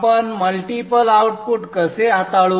आपण multiple output कसे हाताळू